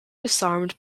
disarmed